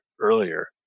earlier